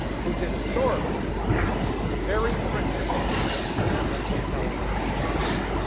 who distort the very principles that propel a righteous cause.